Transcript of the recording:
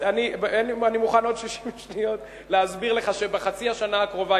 אני מוכן עוד 60 שניות להסביר לך שבחצי השנה הקרובה,